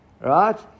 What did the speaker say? right